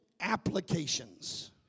applications